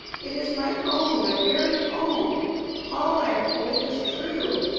it is my own, my very own all i have told you is true.